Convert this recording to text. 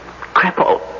Cripple